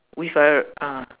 with a uh